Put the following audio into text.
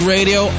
Radio